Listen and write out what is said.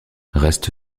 reste